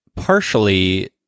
partially